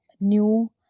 new